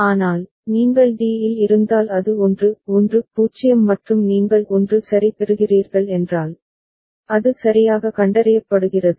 ஆனால் நீங்கள் d இல் இருந்தால் அது 1 1 0 மற்றும் நீங்கள் 1 சரி பெறுகிறீர்கள் என்றால் அது சரியாக கண்டறியப்படுகிறது